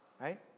right